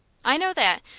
i know that,